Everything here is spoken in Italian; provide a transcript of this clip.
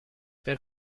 per